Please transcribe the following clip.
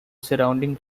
surrounding